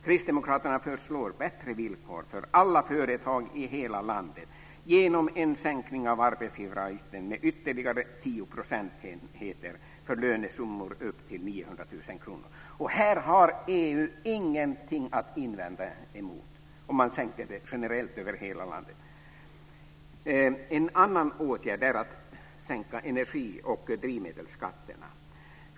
Kristdemokraterna föreslår bättre villkor för alla företag i hela landet genom en sänkning av arbetsgivaravgiften med ytterligare tio procentenheter för lönesummor upp till 900 000 kr. Här har EU ingenting att invända mot en generell sänkning i hela landet. En annan åtgärd är att sänka energi och drivmedelsskatterna.